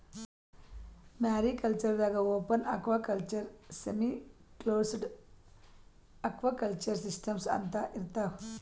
mariculture ದಾಗಾ open aquaculture, semiclosed aquaculture systems ಅಂತಾ ಇರ್ತವ್